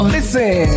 Listen